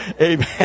Amen